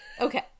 Okay